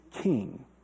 king